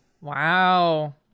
Wow